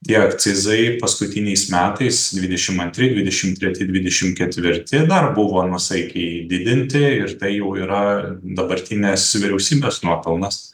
tie akcizai paskutiniais metais dvidešim antri dvidešim treti dvidešim ketvirti dar buvo nuosaikiai didinti ir tai jau yra dabartinės vyriausybės nuopelnas